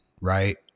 Right